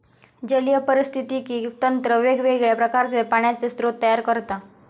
जलीय पारिस्थितिकी तंत्र वेगवेगळ्या प्रकारचे पाण्याचे स्रोत तयार करता